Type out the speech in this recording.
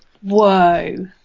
Whoa